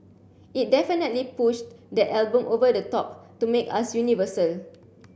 it definitely pushed that album over the top to make us universal